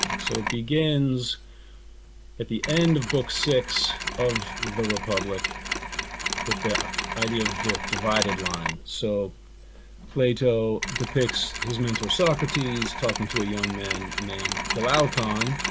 so it begins at the end of book six of the republic with the idea of the divided line. so plato depicts his mentor socrates talking to a young young man named glaucon.